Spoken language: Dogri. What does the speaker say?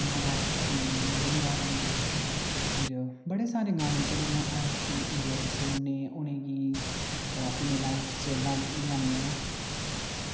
मराठी बैंगाली फिर बड़े सारे गाने चले दे न असी इंडिया च सुनने उ'नेंगी अपनी लाइफ च लाने लेयाने आं